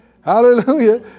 Hallelujah